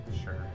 Sure